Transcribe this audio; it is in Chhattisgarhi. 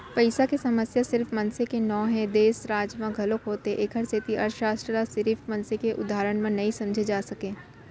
पइसा के समस्या सिरिफ मनसे के नो हय, देस, राज म घलोक होथे एखरे सेती अर्थसास्त्र ल सिरिफ मनसे के उदाहरन म नइ समझे जा सकय